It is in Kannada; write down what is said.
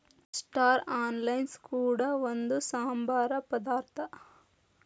ಸ್ಟಾರ್ ಅನೈಸ್ ಕೂಡ ಒಂದು ಸಾಂಬಾರ ಪದಾರ್ಥ